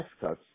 cuts